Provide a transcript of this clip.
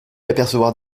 apercevoir